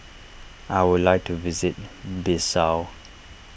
I would like to visit Bissau